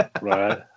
Right